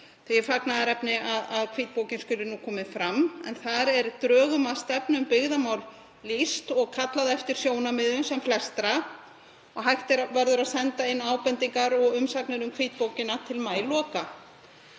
er fagnaðarefni að hvítbókin skuli komin fram en þar er drögum að stefnu um byggðamál lýst og kallað eftir sjónarmiðum sem flestra og hægt verður að senda inn ábendingar og umsagnir um hvítbókina til maíloka.